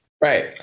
Right